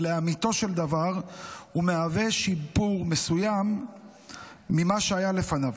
ולאמיתו של דבר הוא מהווה שיפור מסוים ממה שהיה לפניו.